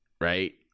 right